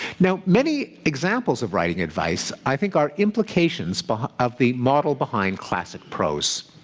now, many examples of writing advice i think are implications but of the model behind classic prose.